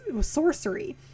sorcery